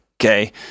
Okay